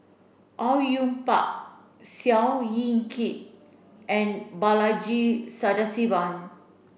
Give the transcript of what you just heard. Au Yue Pak Seow Yit Kin and Balaji Sadasivan